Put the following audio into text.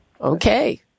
Okay